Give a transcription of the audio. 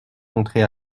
rentrer